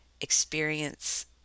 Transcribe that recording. experience